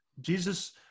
Jesus